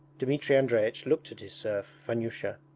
dmitri andreich looked at his serf, vanyusha.